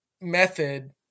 method